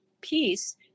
peace